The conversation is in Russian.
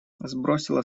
сбросила